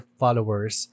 followers